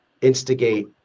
instigate